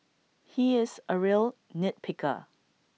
he is A real nit picker